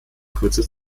kurze